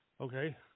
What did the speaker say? Okay